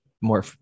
more